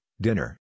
dinner